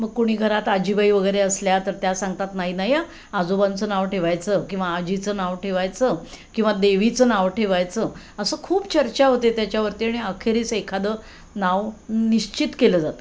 मग कोणी घरात आजीबाई वगैरे असल्या तर त्या सांगतात नाही नाही हं आजोबांचं नाव ठेवायचं किंवा आजीचं नाव ठेवायचं किंवा देवीचं नाव ठेवायचं असं खूप चर्चा होते त्याच्यावरती आणि अखेरीस एखादं नाव निश्चित केलं जातं